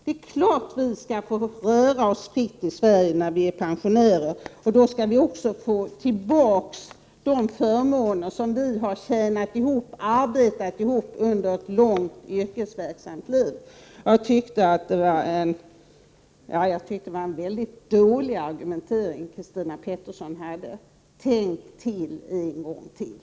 Det är klart att vi skall få röra oss fritt i Sverige när vi är pensionärer, men då skall vi också få tillbaka de förmåner som vi har arbetet ihop under ett långt yrkesverksamt liv. Jag tycker att det var en väldigt dålig argumentering Christina Pettersson hade. Tänk en gång till!